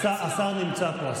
השר נמצא פה.